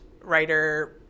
writer